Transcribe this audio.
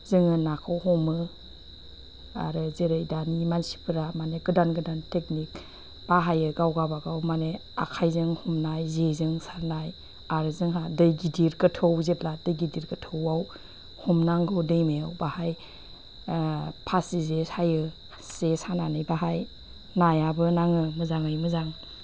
जोङो नाखौ हमो आरो जेरै दानि मानसिफोरा माने गोदान गोदान टेकनिक बाहायो गाव गावबागाव माने आखाइजों हमनाय जेजों सानाय आरो जोंहा दै गिदिर गोथौ जेब्ला दै गिदिर गोथौआव हमनांगौ दैमायाव बाहाय फासि जे सायो जे सानानै बेवहाय नायबो नाङो मोजाङै मोजां